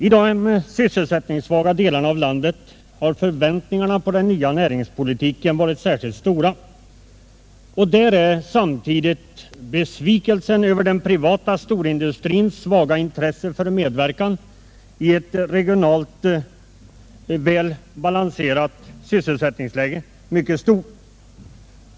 I de sysselsättningssvaga delarna av landet har förväntningarna på den nya näringspolitiken varit särskilt stora, och där är samtidigt besvikelsen mycket stor över den privata storindustrins svaga intresse för medverkan till att åstadkomma ett regionalt väl balanserat sysselsättningsläge.